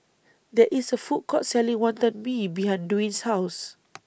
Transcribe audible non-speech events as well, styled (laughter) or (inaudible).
There IS A Food Court Selling Wonton Mee behind Dwane's House (noise)